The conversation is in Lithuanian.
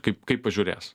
kaip kaip pažiūrėsi